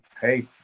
hey